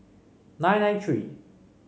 nine nine three